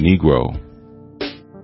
Negro